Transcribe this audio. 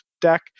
deck